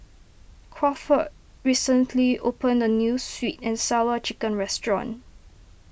Crawford recently opened a New Sweet and Sour Chicken restaurant